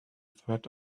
threat